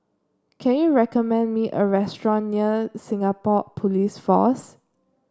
can you recommend me a restaurant near Singapore Police Force